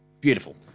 Beautiful